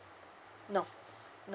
no